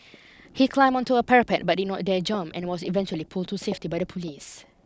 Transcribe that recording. he climbed onto a parapet but did not dare jump and was eventually pulled to safety by the police